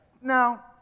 Now